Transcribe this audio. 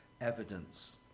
evidence